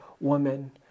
woman